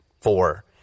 four